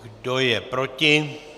Kdo je proti?